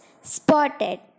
spotted